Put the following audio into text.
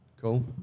cool